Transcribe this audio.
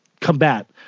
combat